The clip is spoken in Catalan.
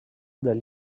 del